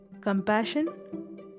compassion